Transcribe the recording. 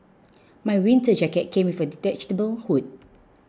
my winter jacket came with a detachable hood